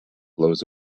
blows